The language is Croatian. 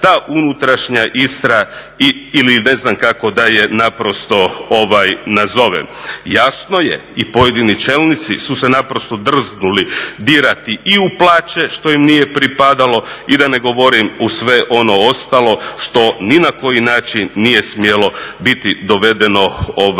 ta unutrašnja Istra ili ne znam kako da je naprosto nazovem. Jasno je i pojedini čelnici su se naprosto drznuli dirati i u plaće, što im nije pripadalo, i da ne govorim u sve ono ostalo što ni na koji način nije smjelo biti dovedeno u